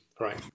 right